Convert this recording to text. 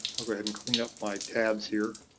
i'll go ahead and clean up by tabs here.